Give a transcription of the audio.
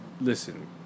Listen